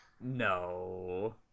No